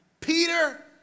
Peter